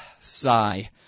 Sigh